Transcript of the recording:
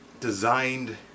designed